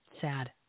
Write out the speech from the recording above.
sad